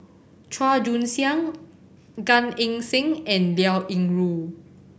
Chua Joon Siang Gan Eng Seng and Liao Yingru